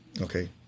Okay